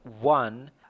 one